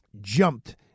jumped